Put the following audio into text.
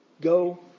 Go